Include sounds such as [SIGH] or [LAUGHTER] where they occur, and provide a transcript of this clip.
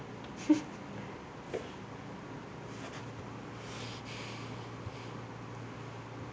[LAUGHS]